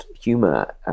humour